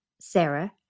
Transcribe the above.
Sarah